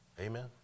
Amen